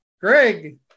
Greg